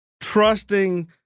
trusting